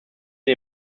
wir